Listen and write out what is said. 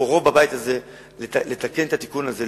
ורוב בבית הזה צריך לתקן את התיקון הזה,